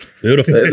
Beautiful